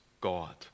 God